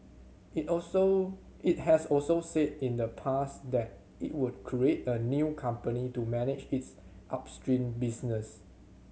it also it has also said in the past that it would create a new company to manage its upstream business